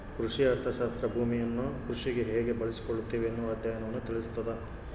ಕೃಷಿ ಅರ್ಥಶಾಸ್ತ್ರ ಭೂಮಿಯನ್ನು ಕೃಷಿಗೆ ಹೇಗೆ ಬಳಸಿಕೊಳ್ಳುತ್ತಿವಿ ಎನ್ನುವ ಅಧ್ಯಯನವನ್ನು ತಿಳಿಸ್ತಾದ